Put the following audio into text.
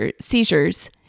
seizures